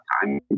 time